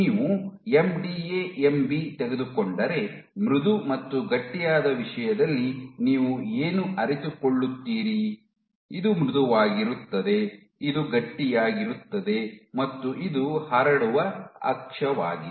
ನೀವು MDA MB ತೆಗೆದುಕೊಂಡರೆ ಮೃದು ಮತ್ತು ಗಟ್ಟಿಯಾದ ವಿಷಯದಲ್ಲಿ ನೀವು ಏನು ಅರಿತುಕೊಳ್ಳುತ್ತೀರಿ ಇದು ಮೃದುವಾಗಿರುತ್ತದೆ ಇದು ಗಟ್ಟಿಯಾಗಿರುತ್ತದೆ ಮತ್ತು ಇದು ಹರಡುವ ಅಕ್ಷವಾಗಿದೆ